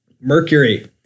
Mercury